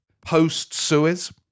post-Suez